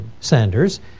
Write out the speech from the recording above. Sanders